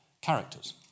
characters